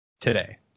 today